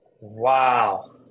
Wow